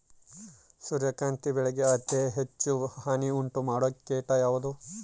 ಸೂರ್ಯಕಾಂತಿ ಬೆಳೆಗೆ ಅತೇ ಹೆಚ್ಚು ಹಾನಿ ಉಂಟು ಮಾಡುವ ಕೇಟ ಯಾವುದು?